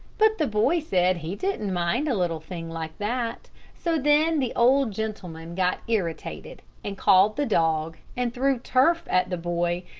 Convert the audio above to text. but the boy said he didn't mind a little thing like that. so then the old gentleman got irritated, and called the dog, and threw turf at the boy,